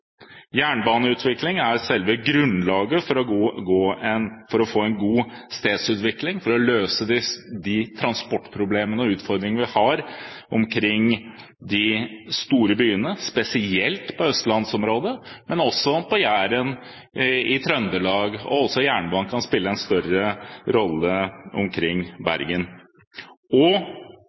Jernbaneutvikling er selve grunnlaget for å få en god stedsutvikling, for å løse de transportproblemene og utfordringene vi har omkring de store byene, spesielt i østlandsområdet, men også på Jæren og i Trøndelag. Jernbanen kan også spille en større rolle omkring Bergen.